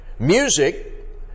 Music